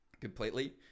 completely